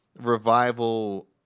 revival